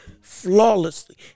flawlessly